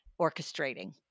orchestrating